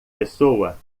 pessoa